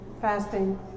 fasting